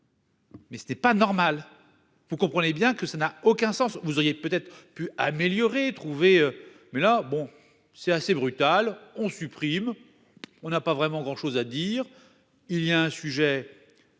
Mais ce n'est pas normal. Vous comprenez bien que ça n'a aucun sens. Vous auriez peut-être pu améliorer trouver mais là bon c'est assez brutal, on supprime. On n'a pas vraiment grand chose à dire, il y a un sujet.